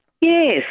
Yes